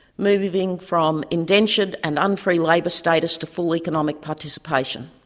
moving from indentured and unfree labour status to full economic participation.